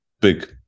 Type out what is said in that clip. big